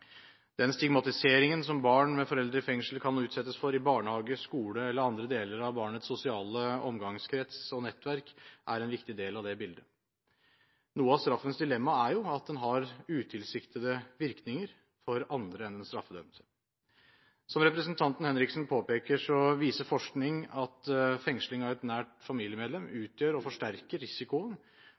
Den stigmatiseringen som barn med foreldre i fengsel kan utsettes for i barnehage, skole eller andre deler av barnets sosiale omgangskrets og nettverk, er en viktig del av det bildet. Noe av straffens dilemma er at den har utilsiktede virkninger for andre enn den straffedømte. Som representanten Henriksen påpeker, viser forskning at fengsling av et nært familiemedlem utgjør og forsterker risikoen